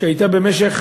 שהייתה במשך